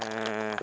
ಹಾಂ